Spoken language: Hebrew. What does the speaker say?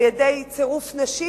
על-ידי צירוף נשים,